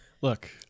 Look